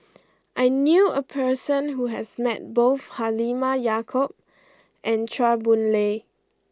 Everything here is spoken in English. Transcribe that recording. I knew a person who has met both Halimah Yacob and Chua Boon Lay